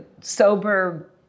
sober